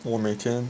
我每天